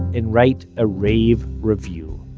and write a rave review.